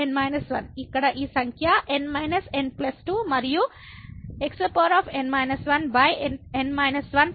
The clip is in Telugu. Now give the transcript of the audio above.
ఇక్కడ ఈ సంఖ్య n N 2 మరియు |x|N 1